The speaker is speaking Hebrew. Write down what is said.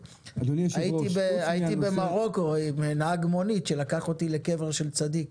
הייתי במרוקו עם נהג מונית שלקח אותי לקבר של צדיק,